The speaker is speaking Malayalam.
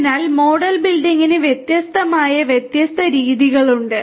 അതിനാൽ മോഡൽ ബിൽഡിംഗിന് വ്യത്യസ്തമായ വ്യത്യസ്ത രീതികൾ ഉണ്ട്